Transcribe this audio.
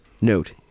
note